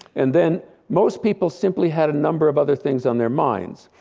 and then most people simply had a number of other things on their minds,